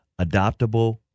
adoptable